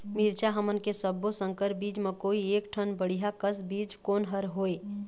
मिरचा हमन के सब्बो संकर बीज म कोई एक ठन बढ़िया कस बीज कोन हर होए?